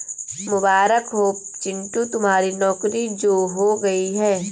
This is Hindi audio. मुबारक हो चिंटू तुम्हारी नौकरी जो हो गई है